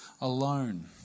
alone